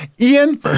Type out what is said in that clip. Ian